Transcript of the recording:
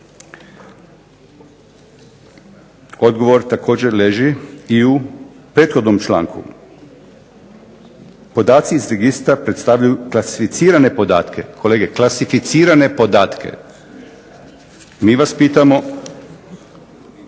Odgovor također leži i u prethodnom članku. Podaci iz registra predstavljaju klasificirane podatke, kolege klasificirane podatke. Mi vas pitamo